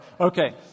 Okay